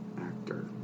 actor